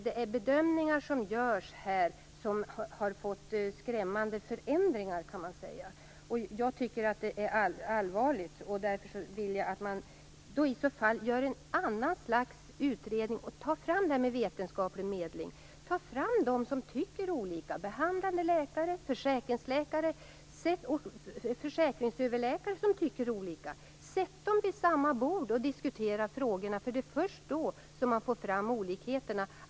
Beträffande bedömningar som här görs har, kan man säga, varit skrämmande förändringar. Jag tycker att det är allvarligt. Gör i stället ett annat slags utredning och ta fram det här med vetenskaplig medling! Ta fram dem som tycker olika - behandlande läkare, försäkringsläkare och försäkringsläkare! Sätt dem vid samma bord och låt dem diskutera frågorna! Det är först då som man får fram olikheterna.